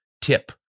tip